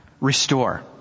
Restore